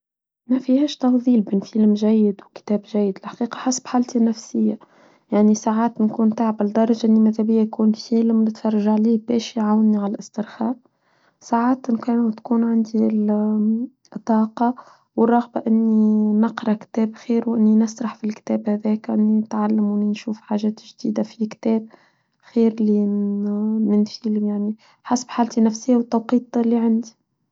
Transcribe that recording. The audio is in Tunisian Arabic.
ما فيهاش تغذيل بين فيلم جيد وكتاب جيد الحقيقة حسب حالتي نفسية يعني ساعات نكون تعبى لدرجة اني متى بيا يكون فيلم نتفرج عليه باش يعاوني على الاسترخاء ساعات نكون عندي الطاقة والرغبة اني نقرأ كتاب خير واني نصرح في الكتاب هذاك واني نتعلم ونشوف حاجات جديدة في كتاب خير من فيلم يعني حسب حالتي نفسية والتوقيت اللي عندي.